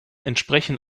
entsprechen